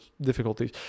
difficulties